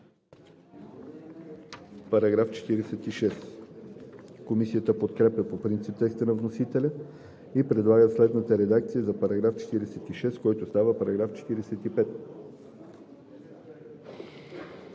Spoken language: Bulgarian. става § 44. Комисията подкрепя по принцип текста на вносителя и предлага следната редакция за § 46, който става § 45: „§ 45.